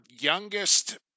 youngest